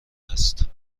است